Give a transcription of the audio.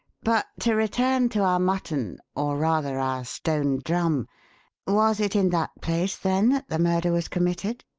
but to return to our mutton or, rather, our stone drum was it in that place, then, that the murder was committed?